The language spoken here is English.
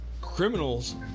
criminals